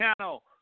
channel